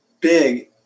big